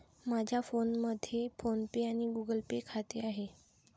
माझ्या फोनमध्ये PhonePe आणि गुगल पे खाते आहे